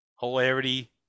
Hilarity